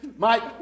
Mike